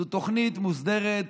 זאת תוכנית מוסדרת,